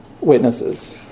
witnesses